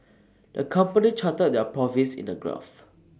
the company charted their profits in the graph